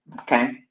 okay